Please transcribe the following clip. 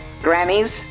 grannies